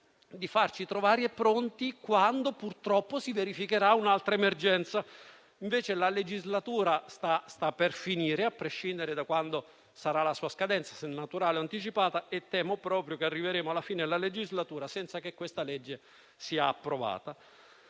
di farci trovare pronti quando, purtroppo, si verificherà un'altra emergenza. Invece, la legislatura sta per finire, a prescindere se la sua scadenza sarà naturale o anticipata, e temo proprio che arriveremo alla fine della legislatura senza che questa legge sia approvata.